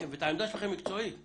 ואת העמדה המקצועית שלכם.